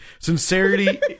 Sincerity